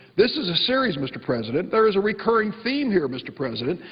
this is a series, mr. president, there is a recurring theme here, mr. president,